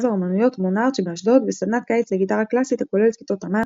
האמנויות "מונארט" שבאשדוד וסדנת קיץ לגיטרה קלאסית הכוללת כיתות אמן,